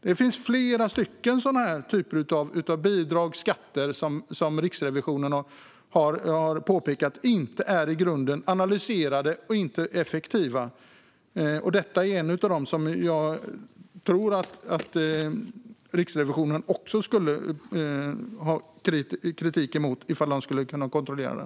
Det finns flera bidrag och skatter av denna typ som enligt Riksrevisionen inte analyserats i grunden och inte är effektiva. Detta är också en av de skatter som jag tror att Riksrevisionen skulle ha kritik mot, om de skulle kunna kontrollera den.